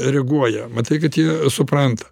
reaguoja matai kad jie supranta